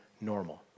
normal